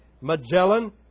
Magellan